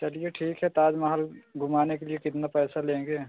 चलिए ठीक है ताज महल घुमाने के लिए कितना पैसा लेंगे